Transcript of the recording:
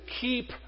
keep